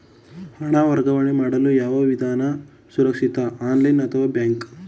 ಹಣ ವರ್ಗಾವಣೆ ಮಾಡಲು ಯಾವ ವಿಧಾನ ಸುರಕ್ಷಿತ ಆನ್ಲೈನ್ ಅಥವಾ ಬ್ಯಾಂಕ್?